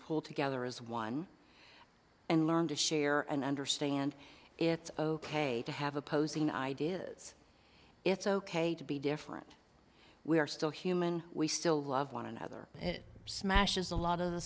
pull together as one and learn to share and understand it's ok to have opposing ideas it's ok to be different we are still human we still love one another it smashes a lot of the